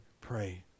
pray